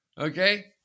Okay